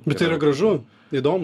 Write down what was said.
bet tai yra gražu įdomu